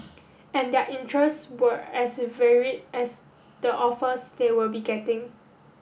and their interests were as varied as the offers they will be getting